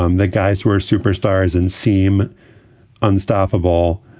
um the guys were superstars and seem unstoppable.